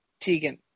Tegan